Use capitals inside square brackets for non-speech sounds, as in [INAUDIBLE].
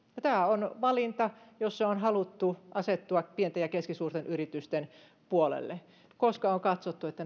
tämä on valinta jossa on haluttu asettua pienten ja keskisuurten yritysten puolelle koska on katsottu että [UNINTELLIGIBLE]